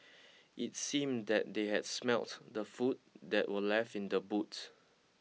it seemed that they had smelt the food that were left in the boots